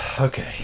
Okay